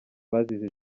bazize